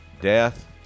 death